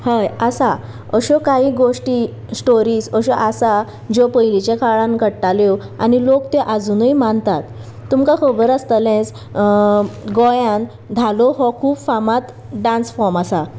हय आसा अश्यो कांय गोश्टी स्टोरीज अश्यो आसा ज्यो पयलींच्या काळान घडटाल्यो आनी लोक त्यो आजुनूय मानतात तुमकां खबर आसतलेंच गोंयान धालो हो खूब फामाद डांस फॉर्म आसा